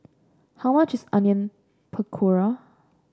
how much is Onion Pakora